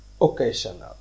occasional